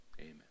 Amen